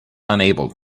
unable